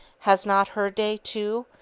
has not her day, too,